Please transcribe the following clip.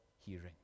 hearing